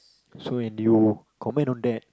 so when you comment on that